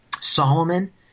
Solomon